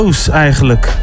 eigenlijk